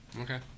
Okay